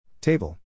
Table